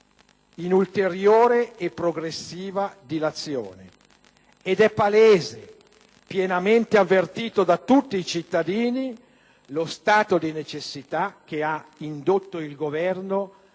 in ulteriore e progressiva dilazione. Inoltre, è palese, pienamente avvertito da tutti i cittadini, lo stato di necessità che ha indotto il Governo